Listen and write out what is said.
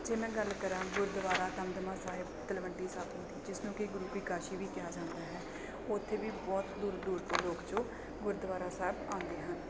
ਜੇ ਮੈਂ ਗੱਲ ਕਰਾਂ ਗੁਰਦੁਆਰਾ ਦਮਦਮਾ ਸਾਹਿਬ ਤਲਵੰਡੀ ਸਾਬੋ ਦੀ ਜਿਸ ਨੂੰ ਕਿ ਗੁਰੂ ਕੀ ਕਾਸ਼ੀ ਵੀ ਕਿਹਾ ਜਾਂਦਾ ਹੈ ਉੱਥੇ ਵੀ ਬਹੁਤ ਦੂਰ ਦੂਰ ਤੋਂ ਲੋਕ ਜੋ ਗੁਰਦੁਆਰਾ ਸਾਹਿਬ ਆਉਂਦੇ ਹਨ